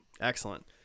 excellent